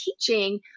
teaching